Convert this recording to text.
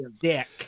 Dick